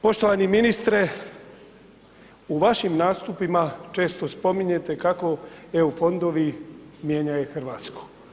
Poštovani ministre, u vašim nastupima često spominjete kako EU fondovi mijenjaju RH.